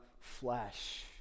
flesh